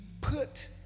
put